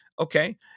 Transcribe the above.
Okay